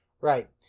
Right